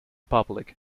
public